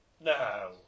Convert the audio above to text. No